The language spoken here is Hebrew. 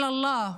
התקשורת,